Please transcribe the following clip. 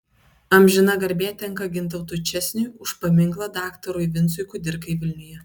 amžina garbė tenka gintautui česniui už paminklą daktarui vincui kudirkai vilniuje